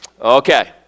Okay